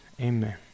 Amen